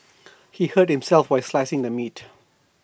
he hurt himself while slicing the meat